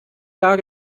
klar